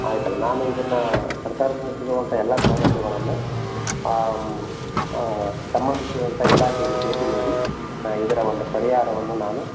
ಆಯ್ತಮ್ಮ ನಾನು ಇದನ್ನು ಸರ್ಕಾರದಿಂದ ಸಿಗುವಂಥ ಎಲ್ಲ ಸೌಲಭ್ಯಗಳನ್ನು ಸಂಬಂಧಿಸಿದಂಥ ಇಲಾಖೆಗೆ ಭೇಟಿ ನೀಡಿ ಇದರ ಒಂದು ಪರಿಹಾರವನ್ನು ನಾನು